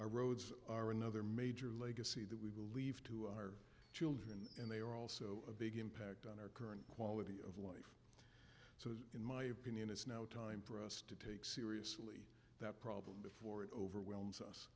our roads are another major legacy that we will leave to our children and they are also a big impact on current quality of life so in my opinion it's now time for us to take seriously that problem before it overwhelms